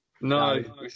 No